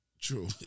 True